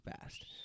fast